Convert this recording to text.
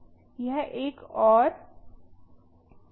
यह एक और यह एक